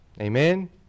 Amen